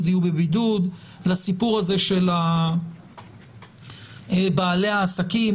יהיו בבידוד - לסיפור הזה של בעלי העסקים.